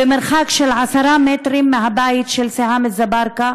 במרחק עשרה מטרים מהבית של סיהאם אזברגה,